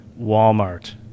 Walmart